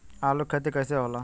आलू के खेती कैसे होला?